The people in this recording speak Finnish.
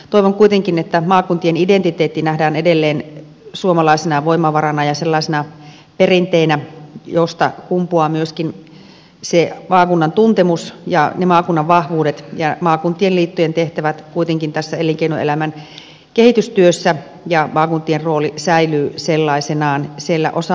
toivon kuitenkin että maakuntien identiteetti nähdään edelleen suomalaisena voimavarana ja sellaisena perinteenä josta kumpuavat myöskin se maakunnan tuntemus ja ne maakunnan vahvuudet ja maakuntien liittojen tehtävät kuitenkin tässä elinkeinoelämän kehitystyössä ja että maakuntien rooli säilyy sellaisenaan siellä osaamista on